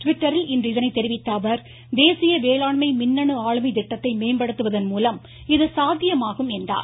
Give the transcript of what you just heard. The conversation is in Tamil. ட்விட்டரில் இன்று இதனை தெரிவித்த அவர் தேசிய வேளாண்மை மின்னணு ஆளுமை திட்டத்தை மேம்படுத்துவதன்மூலம் இது சாத்தியமாகும் என்றார்